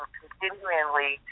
continually